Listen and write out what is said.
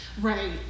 Right